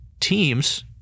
teams